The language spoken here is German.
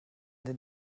den